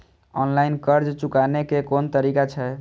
Online कर्ज चुकाने के कोन तरीका छै?